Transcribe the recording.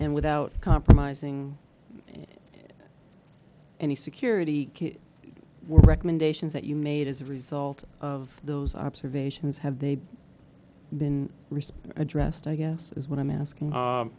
and without compromising any security recommendations that you made as a result of those observations had they been resp addressed i guess is what i'm asking